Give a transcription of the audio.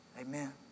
Amen